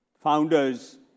founders